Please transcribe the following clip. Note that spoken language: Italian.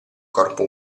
corpo